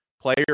Player